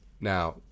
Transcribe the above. Now